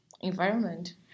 environment